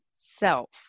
self